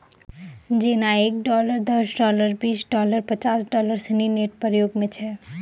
जेना एक डॉलर दस डॉलर बीस डॉलर पचास डॉलर सिनी नोट प्रयोग म छै